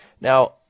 Now